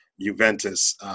Juventus